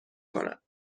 کند